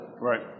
Right